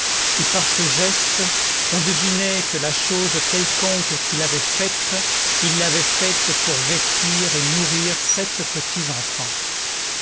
et par ce geste on devinait que la chose quelconque qu'il avait faite il l'avait faite pour vêtir et nourrir sept